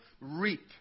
reap